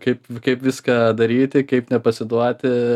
kaip viską daryti kaip nepasiduoti